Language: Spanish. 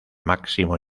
máximo